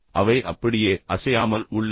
அவை அப்படியே அசையாமல் உள்ளன